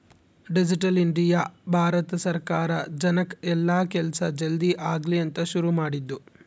digital India Bharat ಸರ್ಕಾರ ಜನಕ್ ಎಲ್ಲ ಕೆಲ್ಸ ಜಲ್ದೀ ಆಗಲಿ ಅಂತ ಶುರು ಮಾಡಿದ್ದು